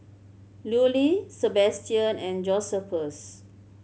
Lulie Sebastian and Josephus